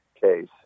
case